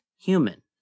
human